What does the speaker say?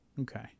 Okay